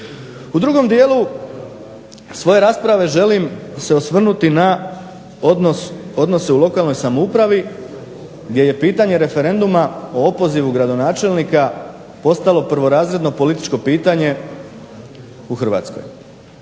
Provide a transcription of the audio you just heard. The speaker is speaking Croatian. U drugom dijelu svoje rasprave želim se osvrnuti na odnose u lokalnoj samoupravi gdje je pitanje referenduma o opozivu gradonačelnika postalo prvorazredno političko pitanje u Hrvatskoj,